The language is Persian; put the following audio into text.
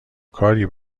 کاری